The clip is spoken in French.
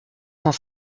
cent